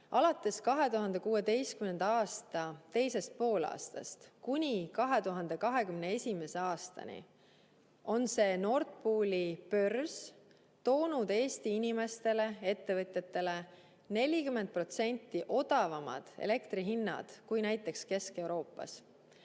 Alates 2016. aasta teisest poolaastast kuni 2021. aastani on Nord Pooli börs toonud Eesti inimestele ja ettevõtjatele 40% odavamad elektrihinnad kui näiteks Kesk-Euroopas.